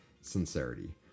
sincerity